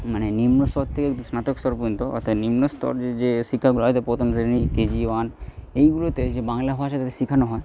মানে নিম্ন স্তর থেকে স্নাতক স্তর পর্যন্ত অর্থাৎ নিম্ন স্তর যে শিক্ষাগুলো হয় প্রথম শ্রেণী কেজি ওয়ান এইগুলোতে যে বাংলা ভাষা তাদের শেখানো হয়